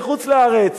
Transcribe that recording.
בחוץ-לארץ.